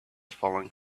falling